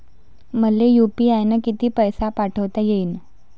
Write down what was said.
मले यू.पी.आय न किती पैसा पाठवता येईन?